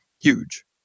huge